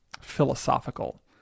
philosophical